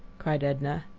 cried edna.